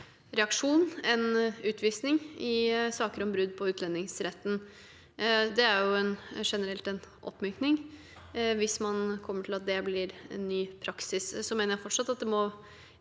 reaksjon enn utvisning i saker om brudd på utlendingsretten. Det er generelt en oppmykning, hvis man kommer til at det blir ny praksis.